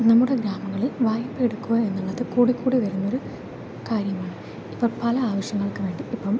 നമ്മുടെ ഗ്രാമങ്ങളിൽ വായ്പ്പ എടുക്കുക എന്നുള്ളത് കൂടിക്കൂടി വരുന്നൊരു കാര്യമാണ് ഇപ്പോൾ പല ആവശ്യങ്ങൾക്ക് വേണ്ടി ഇപ്പോൾ